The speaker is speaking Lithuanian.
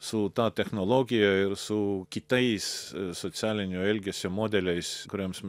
su ta technologija ir su kitais socialinio elgesio modeliais kuriems mes